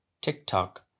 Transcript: tiktok